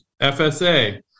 fsa